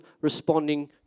responding